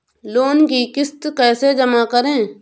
Loan की किश्त कैसे जमा करें?